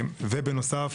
בנוסף,